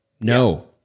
No